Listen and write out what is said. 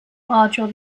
module